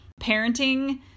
parenting